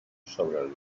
sobre